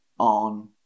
on